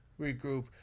Regroup